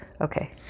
Okay